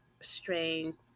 strength